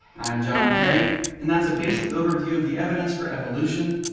i'm jon perry and that's a basic overview of the evidence for evolution,